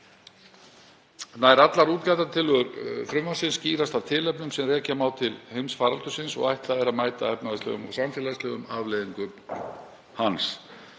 Nær allar útgjaldatillögur frumvarpsins skýrast af tilefnum sem rekja má til heimsfaraldursins og ætlað er að mæta efnahagslegum og samfélagslegum afleiðingum hans.